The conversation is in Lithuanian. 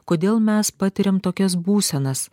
kodėl mes patiriam tokias būsenas